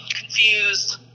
confused